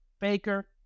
Baker